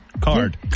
card